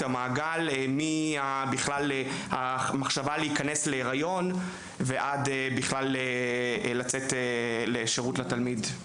המעגל מהמחשבה להיכנס להיריון ועד לנתינת שירות לתלמיד.